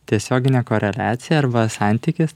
tiesioginė koreliacija arba santykis